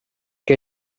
ché